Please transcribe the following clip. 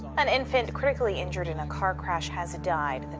an infant critically injured in a car crash has died.